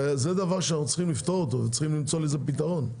יש למצוא לזה פתרון.